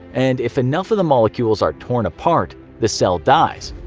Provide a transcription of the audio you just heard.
and if enough of the molecules are torn apart, the cell dies.